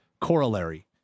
corollary